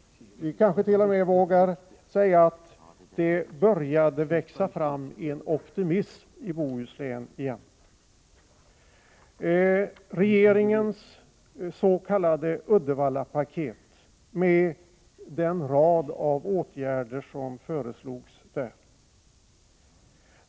- vi kansket.o.m. vågar säga att det började växa fram en optimism i Bohuslän igen — genom regeringens s.k. Uddevallapaket med den rad av åtgärder som föreslogs där.